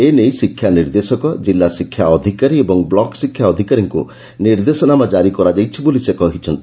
ଏ ନେଇ ଶିକ୍ଷା ନିର୍ଦ୍ଦେଶକ କିଲ୍ଲା ଶିକ୍ଷା ଅଧିକାରୀ ଏବଂ ବ୍ଲକ୍ ଶିକ୍ଷା ଅଧିକାରୀଙ୍କୁ ନିର୍ଦ୍ଦେଶନାମା ଜାରି କରାଯାଇଛି ବୋଲି ସେ କହିଛନ୍ତି